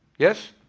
yes?